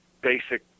basic